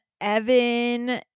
Evan